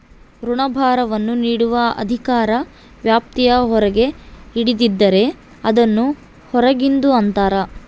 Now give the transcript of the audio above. ಋಣಭಾರವನ್ನು ನೀಡುವ ಅಧಿಕಾರ ವ್ಯಾಪ್ತಿಯ ಹೊರಗೆ ಹಿಡಿದಿದ್ದರೆ, ಅದನ್ನು ಹೊರಗಿಂದು ಅಂತರ